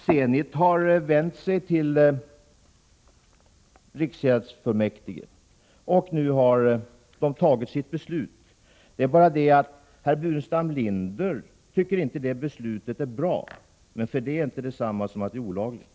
Zenit har vänt sig till riksgäldsfullmäktige, och nu har beslut fattats. Det är bara det att herr Burenstam Linder inte tycker att beslutet i fråga är bra, men det är inte detsamma som att beslutet är olagligt.